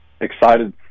excited